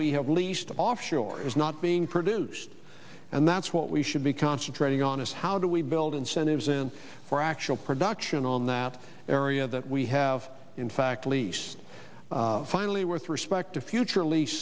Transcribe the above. we have leased offshore is not being produced and that's what we should be concentrating on is how do we build incentives in for actual production on that area that we have in fact lease finally worth respect a future lease